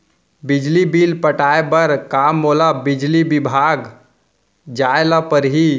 बिजली बिल पटाय बर का मोला बिजली विभाग जाय ल परही?